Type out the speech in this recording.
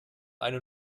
eine